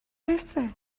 حسه